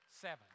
Seven